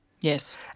Yes